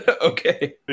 Okay